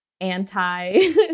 anti